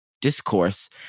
discourse